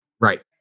Right